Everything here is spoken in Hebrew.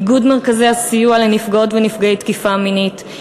איגוד מרכזי הסיוע לנפגעות ונפגעי תקיפה מינית,